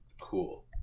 Cool